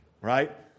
right